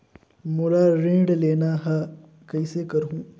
मोला ऋण लेना ह, कइसे करहुँ?